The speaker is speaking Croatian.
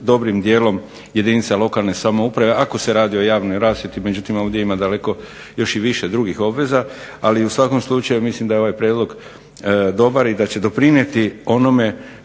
dobrim dijelom jedinica lokalne samouprave ako se radi o javnoj rasvjeti. Međutim, ovdje ima daleko još i više drugih obveza. Ali u svakom slučaju mislim da je ovaj prijedlog dobar i da će doprinijeti onome